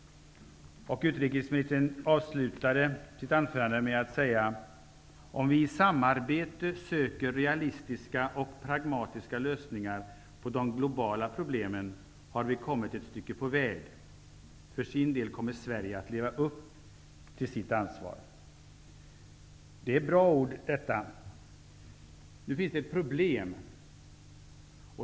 Utrikesministern avslutade sitt anförande med att säga: ''Men om vi i samarbete söker realistiska och pragmatiska lösningar på de globala problemen har vi kommit ett stycke på väg. För sin del kommer Sverige att leva upp till sitt ansvar.'' Detta är bra ord. Men nu finns det ett problem.